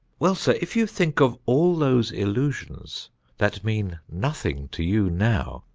well, sir, if you think of all those illusions that mean nothing to you now,